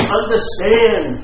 understand